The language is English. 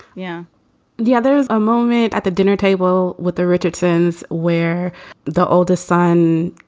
yeah the other a moment at the dinner table with the richardsons, where the oldest son,